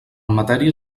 matèria